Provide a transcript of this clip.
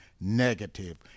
negative